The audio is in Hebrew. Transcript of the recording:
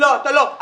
לא, אתה לא.